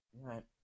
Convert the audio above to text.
right